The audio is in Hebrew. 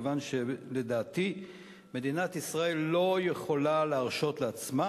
כי לדעתי מדינת ישראל לא יכולה להרשות לעצמה